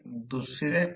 येथे A 2 आणि A 1 आहे